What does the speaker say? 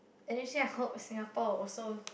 and actually I hope Singapore will also